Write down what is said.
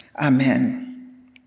Amen